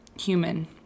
human